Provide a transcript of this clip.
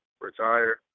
retire